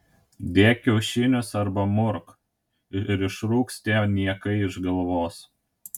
dėk kiaušinius arba murk ir išrūks tie niekai iš galvos